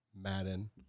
Madden